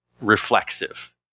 reflexive